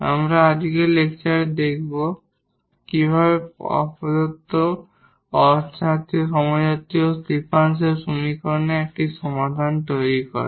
আমরা আজকের লেকচারে দেখব কিভাবে এটি প্রদত্ত নন হোমোজিনিয়াস ডিফারেনশিয়াল সমীকরণের একটি সাধারণ সমাধান তৈরি করবে